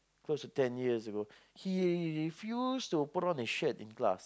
close to ten years ago he refuse to put on his shirt in class